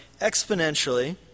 exponentially